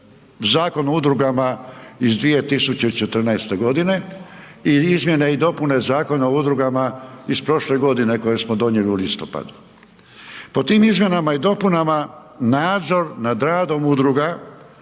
Zakon o udrugama iz 2014.g. i izmjene i dopune Zakona o udrugama iz prošle godine koje smo donijeli u listopadu. Po tim izmjenama i dopunama nadzor nad radom udruga